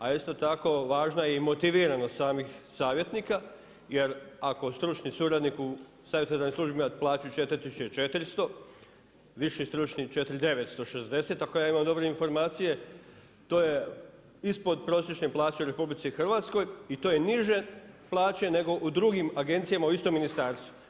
A isto tako važna je i motiviranost samih savjetnika jer ako stručni suradnik u savjetodavnoj službi ima plaću 4.400, viši stručni 4.960 ako ja imam dobre informacije, to je ispod prosječne plaće u RH i to je niže plaće nego u drugim agencijama u istom ministarstvu.